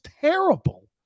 terrible